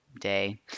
day